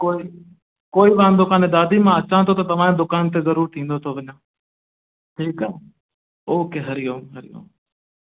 कोई कोई वांदो कोन्हे दादी त मां अचां थो त तव्हांजे दुकान तां ज़रूरु थींदो थो वञा ठीकु आहे ओके हरीओम हरिओम